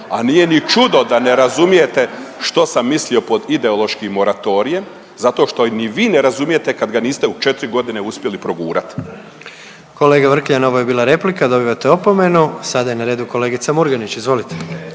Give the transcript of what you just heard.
a nije ni čudo da ne razumijete što sam mislio pod ideološkim moratorijem zašto što ni vi ne razumijete kad ga niste u četiri godine uspjeli progurati. **Jandroković, Gordan (HDZ)** Kolega Vrkljan, ovo je bila replika. Dobivate opomenu. Sada je na redu kolegica Murganić, izvolite.